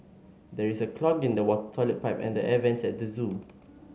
there is a clog in the toilet pipe and the air vents at the zoo